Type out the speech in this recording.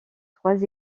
trois